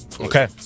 Okay